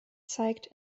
zeigt